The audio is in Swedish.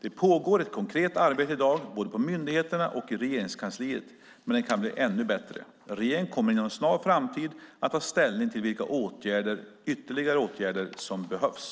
Det pågår ett konkret arbete i dag, både på myndigheterna och i Regeringskansliet, men det kan bli ännu bättre. Regeringen kommer inom en snar framtid att ta ställning till vilka ytterligare åtgärder som behövs.